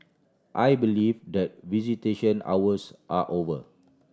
I believe that visitation hours are over